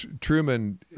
Truman